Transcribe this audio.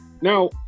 Now